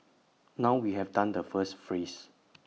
now we have done the first phrase